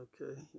Okay